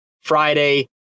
Friday